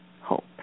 hope